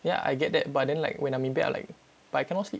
yeah I get that but then like when I'm in bed I like but I cannot sleep